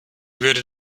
würde